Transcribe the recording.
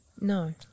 No